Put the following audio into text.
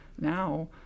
Now